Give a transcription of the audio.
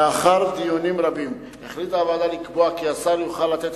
לאחר דיונים רבים החליטה הוועדה לקבוע כי השר יוכל לתת